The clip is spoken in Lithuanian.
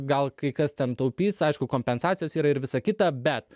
gal kai kas ten taupys aišku kompensacijos yra ir visa kita bet